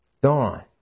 dawn